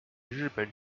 日本